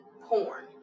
porn